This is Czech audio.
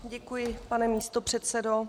Děkuji, pane místopředsedo.